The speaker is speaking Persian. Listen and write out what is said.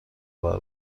آور